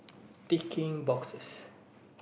ticking boxes